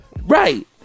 right